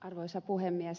arvoisa puhemies